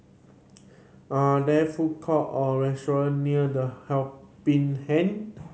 are there food court or restaurant near The Helping Hand